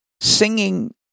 singing